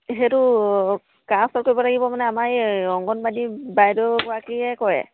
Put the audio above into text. সেইটো কাৰ ওচৰত কৰিব লাগিব মানে আমাৰ এই অংগনবাড়ী বাইদেউ গৰাকীয়ে কৰে